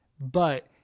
But-